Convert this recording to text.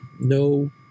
No